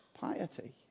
piety